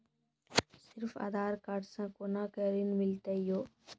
सिर्फ आधार कार्ड से कोना के ऋण मिलते यो?